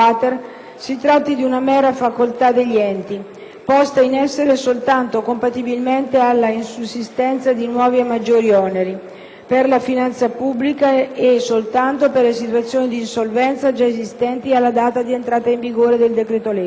posta in essere soltanto compatibilmente con l'insussistenza di nuovi o maggiori oneri per la finanza pubblica e soltanto per le situazioni di insolvenza già esistenti alla data di entrata in vigore del decreto-legge. Esprime poi parere contrario,